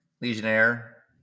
Legionnaire